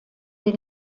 den